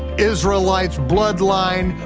israelites, bloodline,